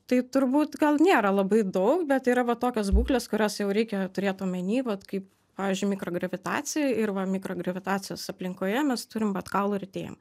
tai turbūt gal nėra labai daug bet yra va tokios būklės kurios jau reikia turėt omeny vat kaip pavyzdžiui mikrogravitacija ir va mikrogravitacijos aplinkoje mes turim vat kaulų retėjimą